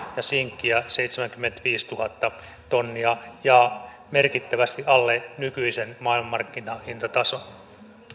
ja sinkkiä seitsemänkymmentäviisituhatta tonnia ja merkittävästi alle nykyisen maailmanmarkkinahintatason